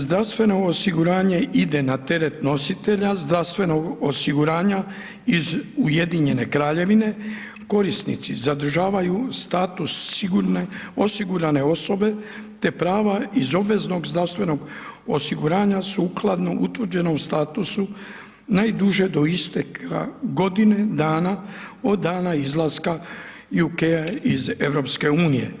Zdravstveno osiguranje ide na teret nositelja zdravstvenog osiguranja iz Ujedinjene Kraljevine korisnici zadržavaju status osigurane osobe, te prava iz obveznog zdravstvenog osiguranja, sukladno utvrđenom statusu najduže do isteka godine dana od dana izlaska UK iz EU.